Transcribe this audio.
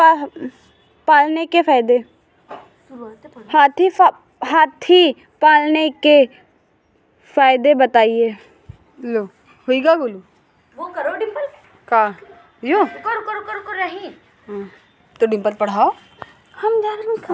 हाथी पालने के फायदे बताए?